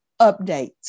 Updates